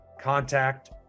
contact